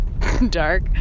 dark